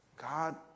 God